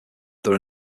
there